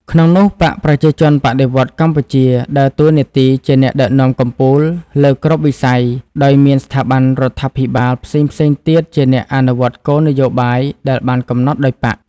ក្នុងនោះ បក្សប្រជាជនបដិវត្តន៍កម្ពុជាដើរតួនាទីជាអ្នកដឹកនាំកំពូលលើគ្រប់វិស័យ ដោយមានស្ថាប័នរដ្ឋាភិបាលផ្សេងៗទៀតជាអ្នកអនុវត្តគោលនយោបាយដែលបានកំណត់ដោយបក្ស។